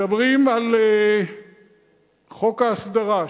מדברים על חוק ההסדרה,